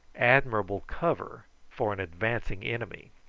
admirable cover for an advancing enemy.